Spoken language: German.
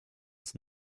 uns